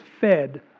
fed